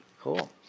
Cool